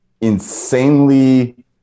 insanely